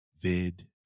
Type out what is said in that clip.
Vid